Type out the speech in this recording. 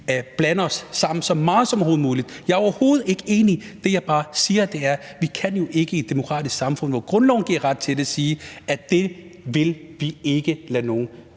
blander os så meget som overhovedet muligt. Jeg er overhovedet ikke uenig. Men det, jeg bare siger, er, at vi jo ikke i et demokratisk samfund, hvor grundloven giver ret til det, kan sige, at det vil vi ikke lade nogen